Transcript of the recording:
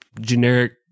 generic